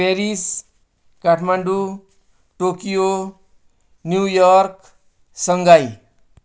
Paris Kathmandu Tokyo New York Shanghai